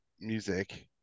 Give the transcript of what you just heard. music